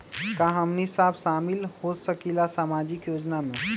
का हमनी साब शामिल होसकीला सामाजिक योजना मे?